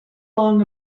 long